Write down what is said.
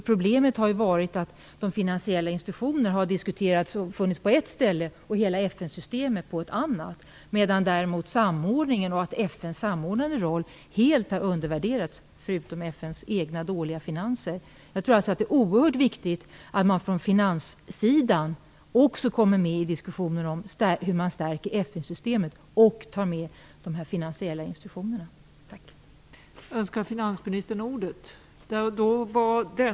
Problemet har ju varit att finansiella institutioner har diskuterats på ett ställe och hela FN systemet på ett annat, medan däremot samordningen och FN:s samordnade roll helt har undervärderats förutom när det gäller FN:s egna dåliga finanser. Det är oerhört viktigt att man också från finanssidan kommer med i diskussionerna om hur man stärker FN-systemet och att också de finansiella institutionerna deltar.